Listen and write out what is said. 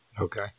Okay